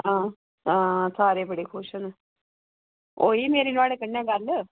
हां सारे बड़े खुश ना होई माड़ी नुआढ़े कन्नै गल्ल